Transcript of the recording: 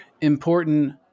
important